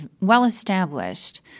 well-established